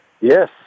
Yes